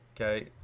okay